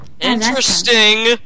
Interesting